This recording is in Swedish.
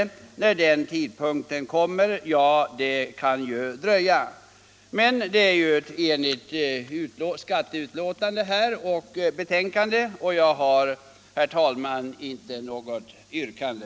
Det kan dröja tills den tidpunkten kommer. Det föreligger ett enhälligt utskottsbetänkande och jag har, herr talman, inte något yrkande.